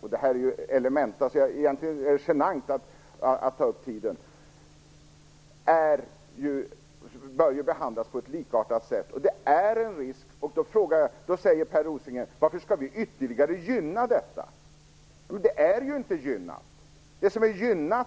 Det här är ju elementärt. Egentligen är det genant att ta upp tiden med detta. Alla som äger bör ju behandlas på ett likartat sätt. Det finns en risk i detta. Då säger Per Rosengren: Varför skall vi ytterligare gynna detta? Men det är ju inte gynnat. Det är som är gynnat